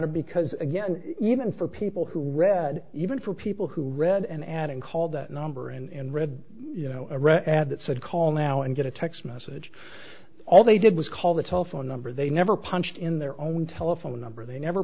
honor because again even for people who read even for people who read an ad and call that number in red you know a red ad that said call now and get a text message all they did was call the telephone number they never punched in their own telephone number they never